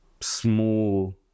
small